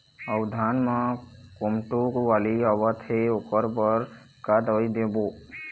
अऊ धान म कोमटो बाली आवत हे ओकर बर का दवई देबो?